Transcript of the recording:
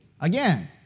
Again